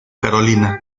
carolina